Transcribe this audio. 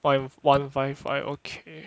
point one five five okay